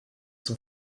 zum